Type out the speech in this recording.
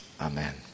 Amen